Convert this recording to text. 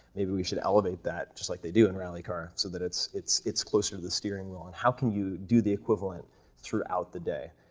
maybe we should elevate that just like they do in rally car so that it's it's closer to the steering wheel, and how can you do the equivalent throughout the day?